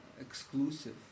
exclusive